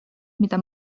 mida